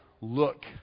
look